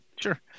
Sure